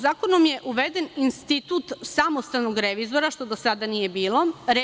Zakonom je uveden institut samostalnog revizora, što do sada nije bilo.